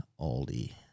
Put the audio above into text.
Aldi